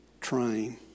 train